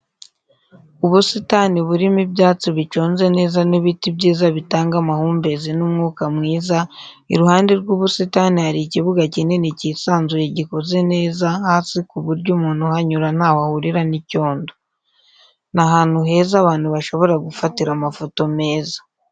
Ubusitani burimo ibyatsi biconze neza n'ibiti byiza bitanga amahumbezi n'umwuka mwiza, iruhande w'ubusitani hari ikibuga kinini cyisanzuye gikoze neza hasi ku buryo umuntu uhanyura ntaho ahurira n'icyondo. Ni ahantu heza abantu bashobora gufatira amafoto meza.